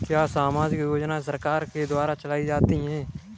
क्या सामाजिक योजनाएँ सरकार के द्वारा चलाई जाती हैं?